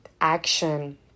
action